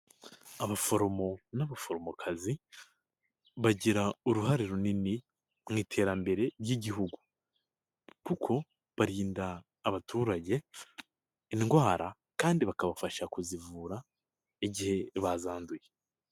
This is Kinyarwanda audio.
Abaforomo n'abaforomokazi, bagira uruhare runini mu iterambere ry'igihugu kuko barinda abaturage indwara kandi bakabafasha kuzivura, igihe bazananduye.